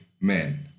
men